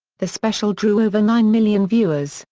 the special drew over nine million viewers,